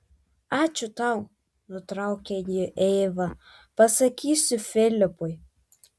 ačiū tau nutraukė jį eiva pasakysiu filipui